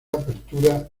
apertura